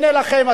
הנה לכם,